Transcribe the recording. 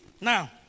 now